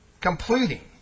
completing